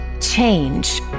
Change